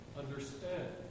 understand